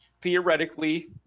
theoretically